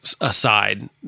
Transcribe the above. aside